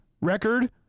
record